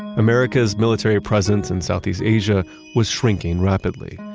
america's military presence in southeast asia was shrinking rapidly.